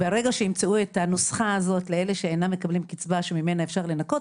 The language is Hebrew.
ברגע שימצאו את הנוסחה הזאת לאלה שאינם מקבלים קצבה שממנה אפשר לנכות,